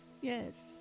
yes